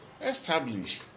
establish